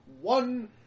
one